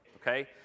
okay